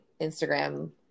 Instagram